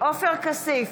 עופר כסיף,